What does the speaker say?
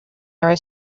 narrow